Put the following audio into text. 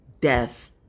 death